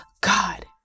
God